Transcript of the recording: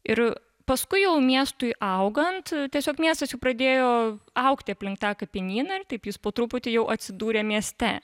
ir paskui jau miestui augant tiesiog miestas jau pradėjo augti aplink tą kapinyną ir taip jis po truputį jau atsidūrė mieste